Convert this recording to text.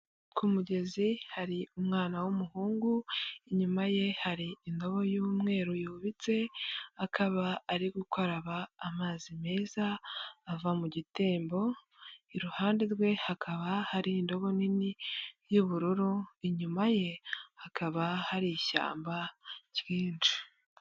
Ku mugezi hari umwana w'umuhungu inyuma ye hari indobo y'umweru yubitse akaba ari gukaraba amazi meza ava mu gitembo iruhande rwe hakaba hari indobo nini y'ubururu inyuma ye hakaba hari ishyamba ryinshi.